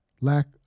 Lack